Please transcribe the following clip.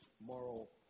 moral